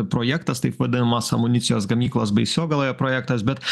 projektas taip vadinamas amunicijos gamyklos baisiogaloje projektas bet